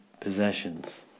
possessions